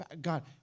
God